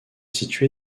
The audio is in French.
situé